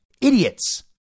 Idiots